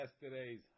yesterday's